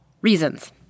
reasons